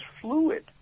fluid